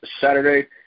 Saturday